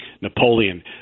Napoleon